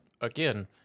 again